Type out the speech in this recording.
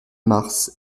mars